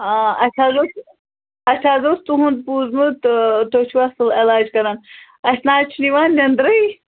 آ اَسہِ حظ اوس اَسہِ حظ اوس تُہُنٛد بوٗزمُت تُہۍ چھِوٕ اصٕل عَلاج کٔران اَسہِ نہَ حظ چھِ یِوان نیٚنٛدرٕے